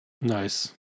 nice